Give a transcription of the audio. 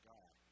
God